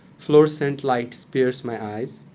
fluorescent lights pierce my eyes.